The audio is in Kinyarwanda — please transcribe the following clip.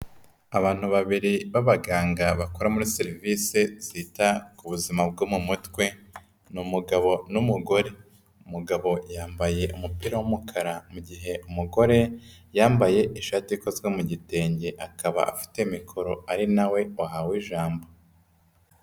Abantu babiri b'abaganga bakora muri serivisi zita ku buzima bwo mu mutwe ni umugabo n'umugore, umugabo yambaye umupira w'umukara mu gihe umugore yambaye ishati ikozwe mu gitenge, akaba afite mikoro ari nawe wahawe ijambo.